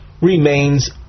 remains